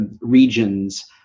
regions